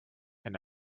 and